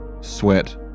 sweat